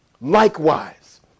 Likewise